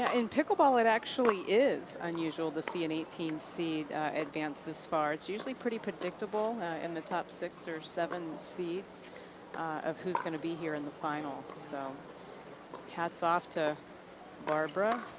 ah in pickleball it actually is unusual to see an eighteen seed advance this far. it's usually pretty predictable in the top six or seven seeds of who's gonna be here in the final. so hats off to barbara.